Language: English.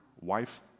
wife